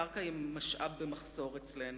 הקרקע היא משאב במחסור אצלנו,